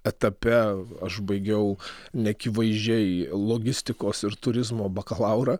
etape aš baigiau neakivaizdžiai logistikos ir turizmo bakalaurą